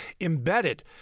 Embedded